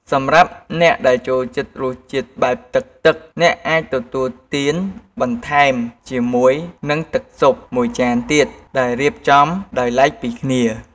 សម្រាប់អ្នកដែលចូលចិត្តរសជាតិបែបទឹកៗ អ្នកអាចទទួលទានបន្ថែមជាមួយនឹងស៊ុបមួយចានទៀតដែលរៀបចំដោយឡែកពីគ្នា។